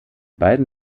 beiden